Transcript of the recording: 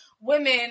women